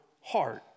heart